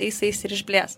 eis eis ir išblės